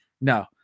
no